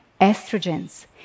estrogens